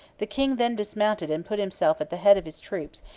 the king then dismounted and put himself at the head of his troops,